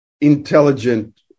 intelligent